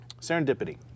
Serendipity